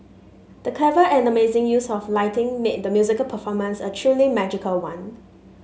the clever and amazing use of lighting made the musical performance a truly magical one